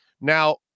now